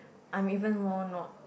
I'm even more not